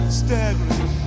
staggering